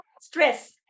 stress